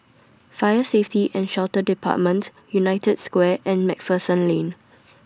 Fire Safety and Shelter department United Square and MacPherson Lane